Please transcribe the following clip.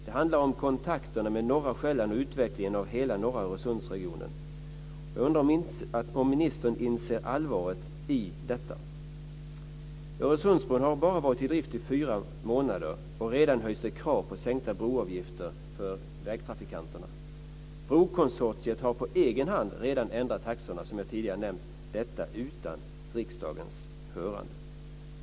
Det handlar också om kontakterna med norra Sjælland och om utvecklingen i hela norra Öresundsregionen. Jag undrar om ministern inser allvaret i detta. Öresundsbron har varit i drift i endast fyra månader men redan höjs det krav på sänkta broavgifter för vägtrafikanterna. Brokonsortiet har redan, som jag tidigare nämnt, på egen hand ändrat taxorna; detta utan riksdagens hörande.